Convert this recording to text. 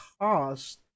cost